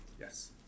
yes